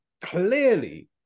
clearly